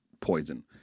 poison